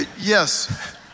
Yes